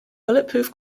bulletproof